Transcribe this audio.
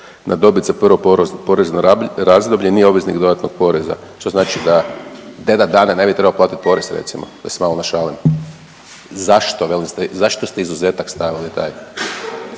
na dobit za prvo porezno razdoblje nije obveznik dodatnog poreza, što znači da …/Govornik se ne razumije/… dane ne bi trebao platit porez recimo, da se malo našalim. Zašto velim, zašto ste izuzetak stavili taj?